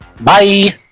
Bye